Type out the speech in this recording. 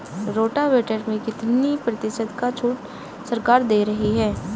Rotavator में कितनी प्रतिशत का छूट सरकार दे रही है?